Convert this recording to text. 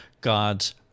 God's